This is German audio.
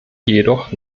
jedoch